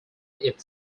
its